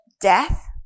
death